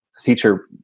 teacher